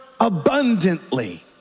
abundantly